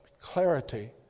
clarity